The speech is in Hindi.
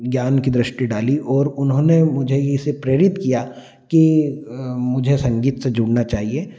ज्ञान की दृष्टि डाली और उन्होंने मुझे इसे प्रेरित किया कि मुझे संगीत से जुड़ना चाहिए